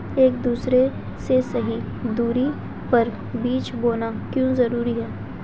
एक दूसरे से सही दूरी पर बीज बोना क्यों जरूरी है?